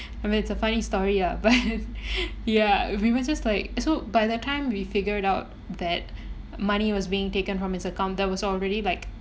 I mean it's a funny story ya but ya grievances like so by the time we figured out that money was being taken from his account there was already like